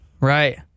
Right